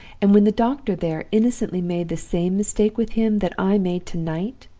and when the doctor there innocently made the same mistake with him that i made to-night